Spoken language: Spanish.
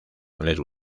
les